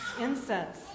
Incense